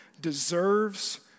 deserves